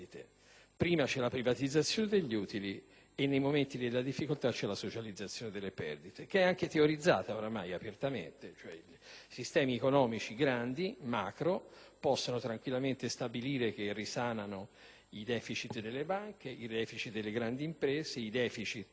Prima c'è la privatizzazione degli utili e, nei momenti di difficoltà, c'è la socializzazione delle perdite, ormai teorizzata anche apertamente. Sistemi economici grandi, macro, possono tranquillamente stabilire che risanano i deficit delle banche e delle grandi imprese, cioè i deficit del